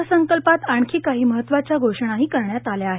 अर्थसंकल्पात आणखी काही महत्वाच्या घोषणा करण्यात आल्या आहेत